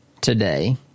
today